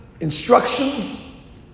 instructions